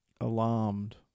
alarmed